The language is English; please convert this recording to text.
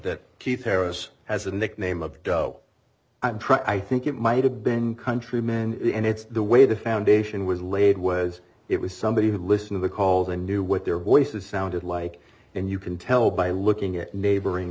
that keith harris has a nickname of joe i'm truck i think it might have been country men and it's the way the foundation was laid was it was somebody who'd listen to the calls and knew what their voices sounded like and you can tell by looking at neighboring